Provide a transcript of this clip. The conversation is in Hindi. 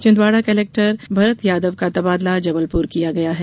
छिंदवाड़ा कलेक्टर भरत यादव का तबादला जबलपुर किया गया है